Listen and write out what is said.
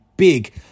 Big